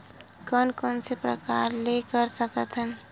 कोन कोन से प्रकार ले कर सकत हन?